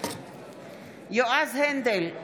יועז הנדל,